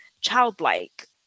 childlike